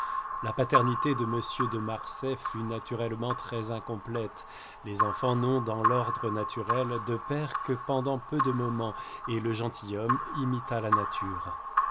la paternité de monsieur de marsay fut naturellement très incomplète les enfants n'ont dans l'ordre naturel de père que pendant peu de moments et le gentilhomme imita la nature